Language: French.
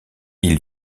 ils